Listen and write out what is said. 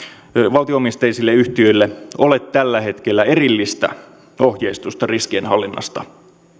valtio omisteisille yhtiöille ole tällä hetkellä erillistä ohjeistusta riskienhallinnasta